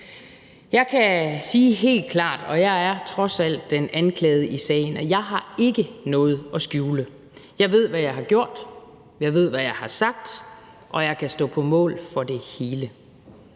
Jeg kan sige helt klart, og jeg er trods alt den anklagede i sagen, at jeg ikke har noget at skjule. Jeg ved, hvad jeg har gjort; jeg ved, hvad jeg har sagt, og jeg kan stå på mål for det hele.